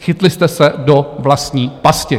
Chytli jste se do vlastní pasti.